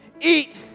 eat